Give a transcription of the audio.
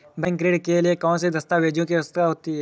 Bank ऋण के लिए कौन से दस्तावेजों की आवश्यकता है?